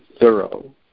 thorough